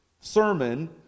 sermon